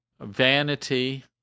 vanity